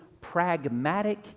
pragmatic